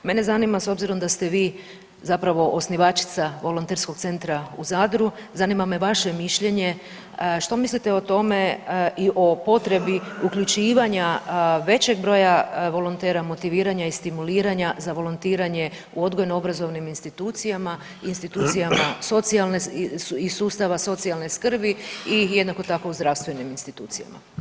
Mene zanima s obzirom da ste vi zapravo osnivačica Volonterskog centra u Zadru zanima me vaše mišljenje o tome, što mislite o tome i o potrebi uključivanja većeg broja volontera, motiviranja i stimuliranja za volontiranje u odgojno obrazovnim institucijama i institucijama socijalne skrbi i jednako tako u zdravstvenim institucijama?